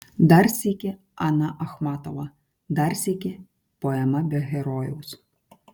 dar sykį ana achmatova dar sykį poema be herojaus